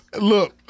Look